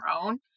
own